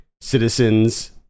citizens